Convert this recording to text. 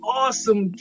awesome